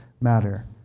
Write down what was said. matter